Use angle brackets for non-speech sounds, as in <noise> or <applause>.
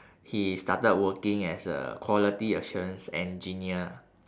<breath> he started working as a quality assurance engineer